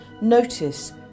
notice